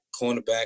cornerback